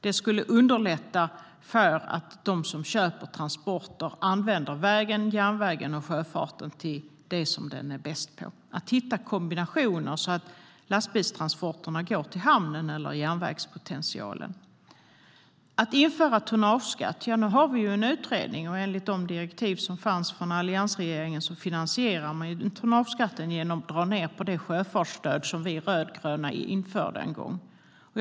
Det skulle underlätta för att de som köper transporter använder vägen, järnvägen och sjöfarten till det den är bäst på. Det handlar om att hitta kombinationer så att lastbilstransporterna går till hamnen eller järnvägspotentialen. Den andra punkten handlar om att införa en tonnageskatt, och där har vi en utredning. Enligt de direktiv som fanns från alliansregeringen finansierar man tonnageskatten genom att dra ned på det sjöfartsstöd vi rödgröna en gång införde.